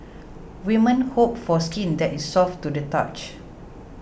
women hope for skin that is soft to the touch